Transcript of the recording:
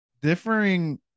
differing